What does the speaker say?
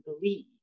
believe